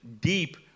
deep